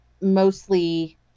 mostly